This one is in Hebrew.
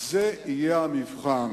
זה יהיה המבחן